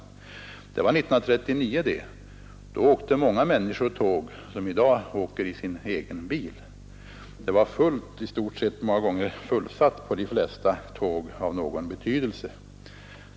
Och år 1939 åkte många människor tåg, som i dag åker med sin egen bil. Det var i stort sett fullsatt på de flesta tåg av någon betydelse.